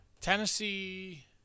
Tennessee